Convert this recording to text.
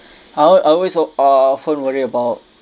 I'll I always o~ uh often worry about